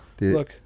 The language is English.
Look